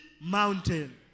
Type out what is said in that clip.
mountain